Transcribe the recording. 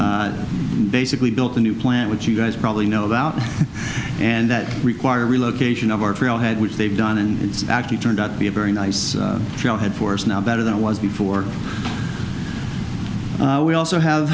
basically built a new plant which you guys probably know about and that require relocation of our trailhead which they've done and it's actually turned out to be a very nice job had or is now better than it was before we also have